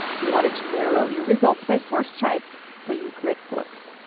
you wanted to narrow your results by source type so you click books.